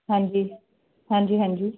ਹਾਂਜੀ ਹਾਂਜੀ ਹਾਂਜੀ